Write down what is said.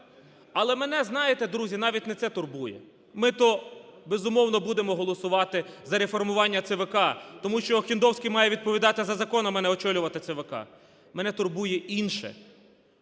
Але мене, знаєте, друзі, навіть не це турбує. Ми то, безумовно, будемо голосувати за реформування ЦВК, тому що Охендовський має відповідати за законами, а не очолювати ЦВК. Мене турбує інше,